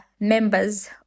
members